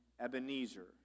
Ebenezer